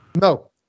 No